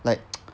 like